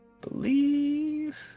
believe